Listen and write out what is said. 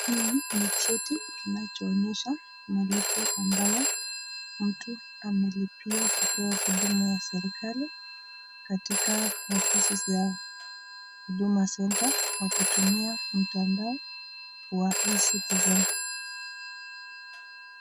Hii ni cheti kinacho onyesha malipo ambayo watu amepilia kupewa uduma ya serekali katika ofisi yao uduma center wakitumia mtandao wa ecitizen.